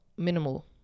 minimal